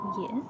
yes